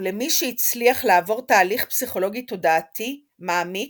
ולמי שהצליח לעבור תהליך פסיכולוגי–תודעתי מעמיק,